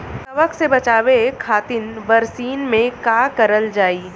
कवक से बचावे खातिन बरसीन मे का करल जाई?